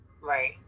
right